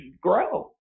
grow